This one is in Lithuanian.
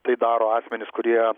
tai daro asmenys kurie